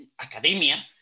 academia